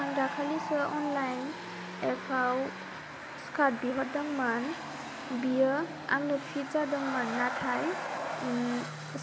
आं दाखालिसो अनलाइन एपाव स्कार्ट बिहरदोंमोन बियो आंनि फिट जादोंमोन नाथाय